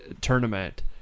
tournament